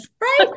Right